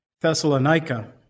Thessalonica